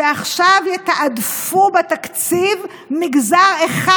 שעכשיו יתעדפו בתקציב מגזר אחד.